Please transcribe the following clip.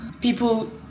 people